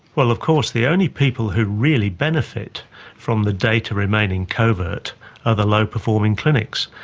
well, of course the only people who really benefit from the data remaining covert are the low performing clinics.